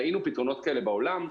ראינו פתרונות כאלה בעולם.